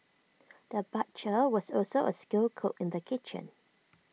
the butcher was also A skilled cook in the kitchen